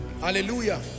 hallelujah